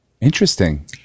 Interesting